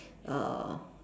uh